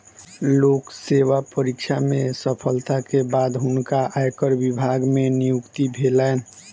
लोक सेवा परीक्षा में सफलता के बाद हुनका आयकर विभाग मे नियुक्ति भेलैन